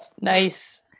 nice